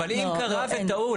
אבל אם קרה וטעו,